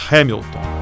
Hamilton